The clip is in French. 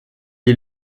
est